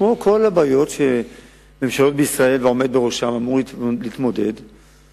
כמו כל הבעיות שממשלות בישראל והעומד בראשן אמורים להתמודד אתן,